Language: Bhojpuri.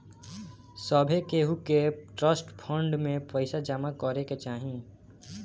सभे केहू के ट्रस्ट फंड में पईसा जमा करे के चाही